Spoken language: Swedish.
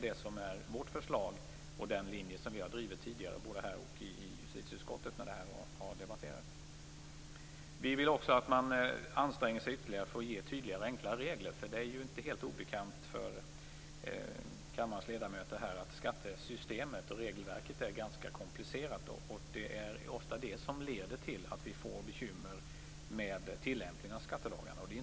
Det är vårt förslag och den linje som vi har drivit tidigare både här och i justitieutskottet när frågan har debatterats. Vi vill också att man anstränger sig ytterligare för att ge tydligare och enklare regler. Det är ju inte helt obekant för kammarens ledamöter att skattesystemet och regelverket är ganska komplicerat. Det är ofta det som leder till att vi får bekymmer med tillämpning av skattelagarna.